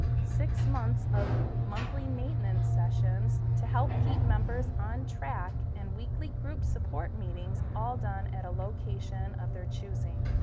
six months of monthly maintenance sessions to help keep members on track, and weekly group support meetings all done at a location of their choosing.